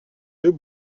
deux